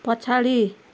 पछाडि